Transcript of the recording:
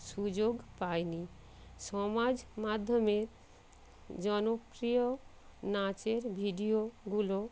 সুযোগ পাইনি সমাজ মাধ্যমের জনপ্রিয় নাচের ভিডিওগুলো